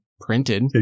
printed